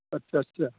आटसा आटसा